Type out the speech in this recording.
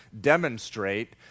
demonstrate